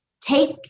take